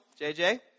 JJ